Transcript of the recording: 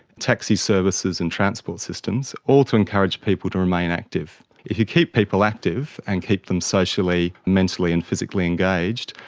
taxi services and transport systems, all to encourage people to remain active. if you keep people active and keep them socially, mentally and physically engaged,